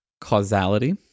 Causality